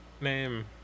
name